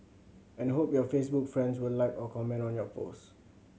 and hope your Facebook friends will like or comment on your post